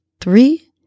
three